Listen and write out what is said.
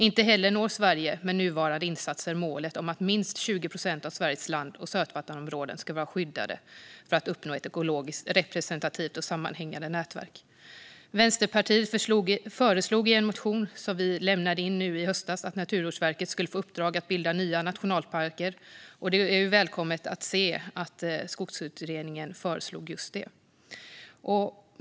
Inte heller når Sverige med nuvarande insatser målet om att minst 20 procent av Sveriges land och sötvattensområden ska vara skyddade för att uppnå ett ekologiskt representativt och sammanhängande nätverk. Vänsterpartiet föreslog i en motion som vi lämnade in nu i höstas att Naturvårdsverket skulle få i uppdrag att bilda nya nationalparker, och det är välkommet att Skogsutredningen föreslog just det.